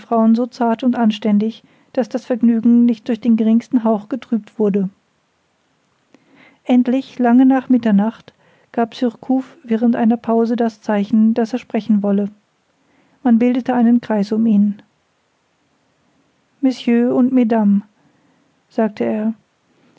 so zart und anständig daß das vergnügen nicht durch den geringsten hauch getrübt wurde endlich lange nach mitternacht gab surcouf während einer pause das zeichen daß er sprechen wolle man bildete einen kreis um ihn messieurs und mesdames sagte er